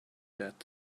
that